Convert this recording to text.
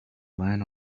line